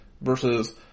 versus